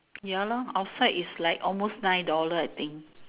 ya lor outside is like almost nine dollar I think